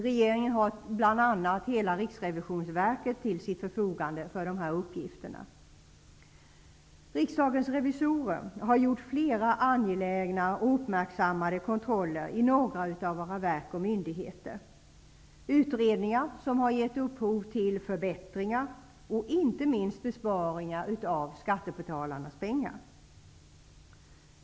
Regeringen har bl.a. hela Riksrevisionsverket till sitt förfogande för dessa uppgifter. Riksdagens revisorer har gjort flera angelägna och uppmärksammade kontroller i några av våra verk och myndigheter; utredningar som har givit upphov till förbättringar och inte minst besparingar av skattebetalarnas pengar.